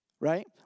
Right